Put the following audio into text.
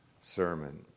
sermon